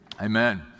Amen